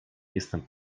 jestem